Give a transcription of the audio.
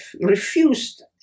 refused